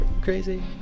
crazy